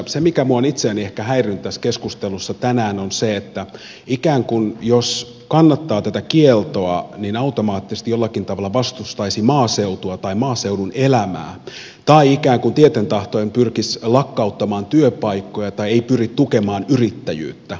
se mikä minua on itseäni ehkä häirinnyt tässä keskustelussa tänään on se että ikään kuin jos kannattaa tätä kieltoa niin automaattisesti jollakin tavalla vastustaisi maaseutua tai maaseudun elämää tai ikään kuin tieten tahtoen pyrkisi lakkauttamaan työpaikkoja tai ei pyrkisi tukemaan yrittäjyyttä